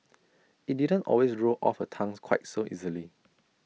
IT didn't always roll off her tongues quite so easily